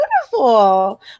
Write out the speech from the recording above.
beautiful